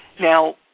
now